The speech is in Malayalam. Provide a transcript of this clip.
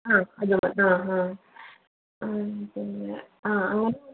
ആ ആ പിന്നെ ആഹ്